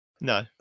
No